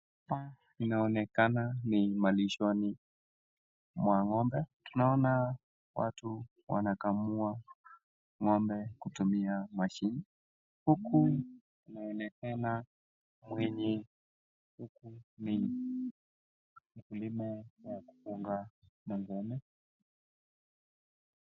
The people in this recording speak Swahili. Hapa inaonekana ni malishoni mwa ngo'mbe, tunaona watu wanakamua ngo'mbe kutumia mashini, huku inaonekana mwenye ni mkulima mwenye anadunga ngo'mbe.